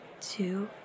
two